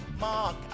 Mark